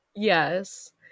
Yes